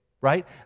right